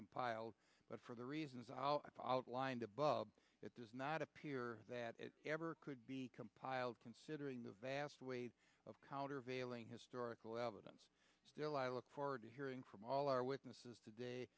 compiled but for the reasons i'll blind above it does not appear that it ever could be compiled considering the vast weight of countervailing historical evidence still i look forward to hearing from all our witnesses today